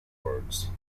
words